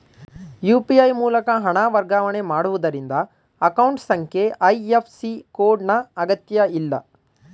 UPI ಮೂಲಕ ಹಣ ವರ್ಗಾವಣೆ ಮಾಡುವುದರಿಂದ ಅಕೌಂಟ್ ಸಂಖ್ಯೆ ಐ.ಎಫ್.ಸಿ ಕೋಡ್ ನ ಅಗತ್ಯಇಲ್ಲ